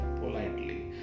politely